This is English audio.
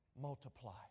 multiply